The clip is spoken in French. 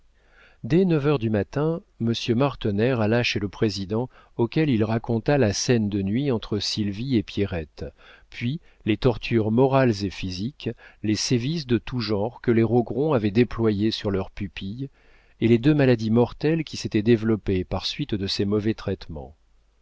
dès neuf heures du matin monsieur martener alla chez le président auquel il raconta la scène de nuit entre sylvie et pierrette puis les tortures morales et physiques les sévices de tous genres que les rogron avaient déployés sur leur pupille et les deux maladies mortelles qui s'étaient développées par suite de ces mauvais traitements